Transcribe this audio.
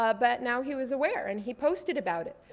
ah but now he was aware and he posted about it.